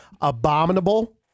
Abominable